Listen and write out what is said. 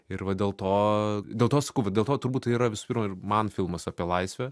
ir va dėl to dėl to sakau va dėl to turbūt tai yra visų pirma ir man filmas apie laisvę